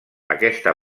aquesta